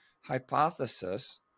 hypothesis